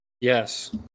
Yes